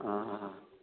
ꯑꯥ ꯑꯥ ꯑꯥ